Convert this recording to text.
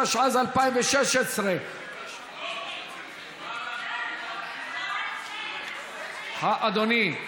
התשע"ז 2016. אדוני,